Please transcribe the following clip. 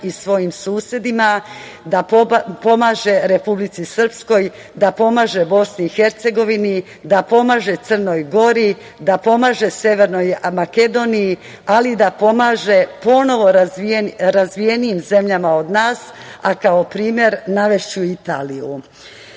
svojim susedima, da pomaže Republici Srpskoj, da pomaže Bosni i Hercegovini, da pomaže Crnoj Gori, da pomaže Severnoj Makedoniji, ali i da pomaže ponovo razvijenijim zemljama od nas, a kao primer navešću